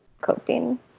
coping